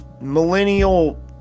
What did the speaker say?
millennial